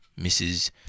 Mrs